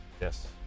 Yes